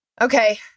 Okay